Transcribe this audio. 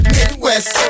Midwest